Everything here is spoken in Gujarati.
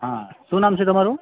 હા શું નામ છે તમારું